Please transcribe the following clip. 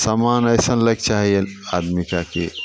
समान अइसन लैके चाही आदमीके कि